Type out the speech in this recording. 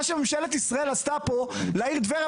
מה שממשלת ישראל הייתה פה לעיר טבריה